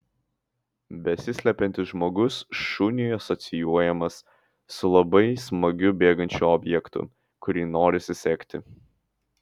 besislepiantis žmogus šuniui asocijuojamas su labai smagiu bėgančiu objektu kurį norisi sekti